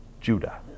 Judah